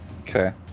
okay